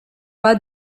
pas